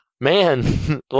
man